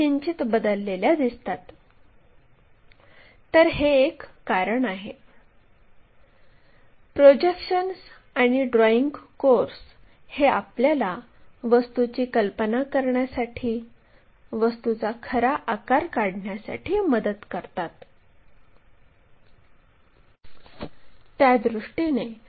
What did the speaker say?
हा उभ्या प्लेनवरील बिंदू आहे आणि जेव्हा आपण टॉप व्ह्यूवरून पाहतो तेव्हा हा बिंदू XY अक्षासोबत छेदत आहे म्हणून आपण हे XY अक्षावर पाहू